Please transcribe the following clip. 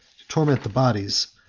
to torment the bodies,